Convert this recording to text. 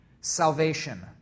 salvation